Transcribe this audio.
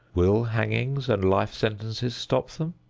will hangings and life sentences stop them?